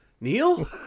Neil